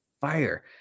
fire